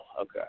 Okay